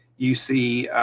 you see.